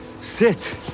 sit